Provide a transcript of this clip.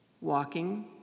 walking